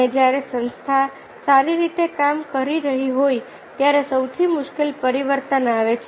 અને જ્યારે સંસ્થા સારી રીતે કામ કરી રહી હોય ત્યારે સૌથી મુશ્કેલ પરિવર્તન આવે છે